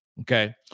okay